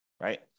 right